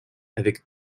avec